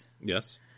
Yes